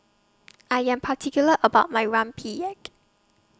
I Am particular about My Rempeyek